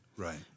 Right